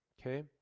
Okay